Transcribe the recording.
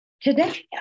today